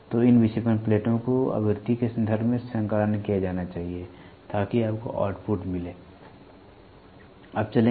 तो इन विक्षेपण प्लेटों को आवृत्ति के संदर्भ में संकालन किया जाना चाहिए ताकि आपको आउटपुट मिले